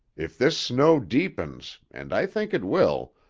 if this snow deepens, and i think it will,